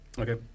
okay